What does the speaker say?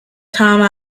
time